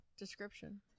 description